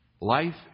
Life